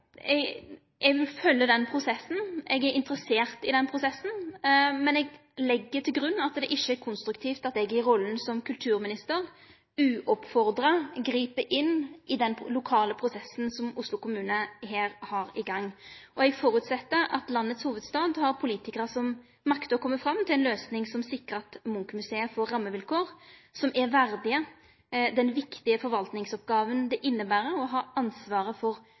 Eg vil følgje den prosessen. Eg er interessert i den prosessen, men eg legg til grunn at det ikkje er konstruktivt at eg i rolla som kulturminister uoppfordra grip inn i den lokale prosessen som her er i gang i Oslo kommune. Eg føreset at landets hovudstad har politikarar som maktar å kome fram til ei løysing som sikrar at Munch-museet får rammevilkår som er verdig den viktige forvaltningsoppgåva som inneber å ha ansvaret for